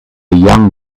young